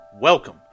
Welcome